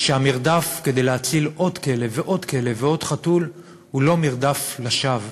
שהמרדף כדי להציל עוד כלב ועוד כלב ועוד חתול הוא לא מרדף לשווא.